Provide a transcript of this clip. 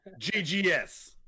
GGS